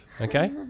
Okay